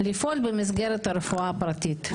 לפעול במסגרת הרפואה הפרטית.